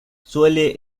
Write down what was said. suele